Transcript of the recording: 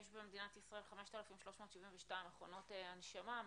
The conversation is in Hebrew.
יש במדינת ישראל 5,372 מכונות הנשמה,